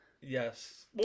Yes